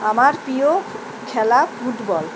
আমার প্রিয় খেলা ফুটবল